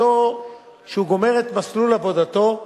כשהוא גומר את מסלול עבודתו,